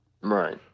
Right